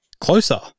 Closer